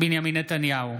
בעד בנימין נתניהו,